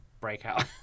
Breakout